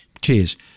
Cheers